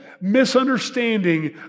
misunderstanding